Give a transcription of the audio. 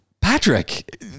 Patrick